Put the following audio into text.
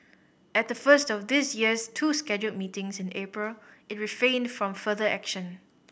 at the first of this year's two scheduled meetings in April it refrained from further action